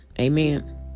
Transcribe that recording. Amen